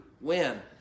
win